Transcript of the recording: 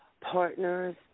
partners